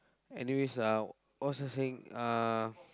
anyways uh what was I saying uh